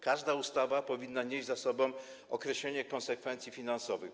Każda ustawa powinna nieść ze sobą określone konsekwencje finansowe.